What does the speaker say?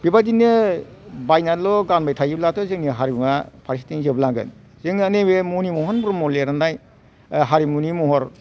बेबायदिनो बायनानैल' गानबाय थायोब्लाथ' जोंनि हारिमुवा फारसेथिं जोबलांगोन जोंना नैबे मनि महन ब्रह्म लिरनाय ओह हारिमुनि महर